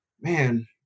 man